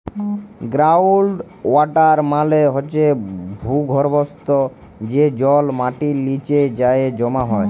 ground water মালে হছে ভূগর্ভস্থ যে জল মাটির লিচে যাঁয়ে জমা হয়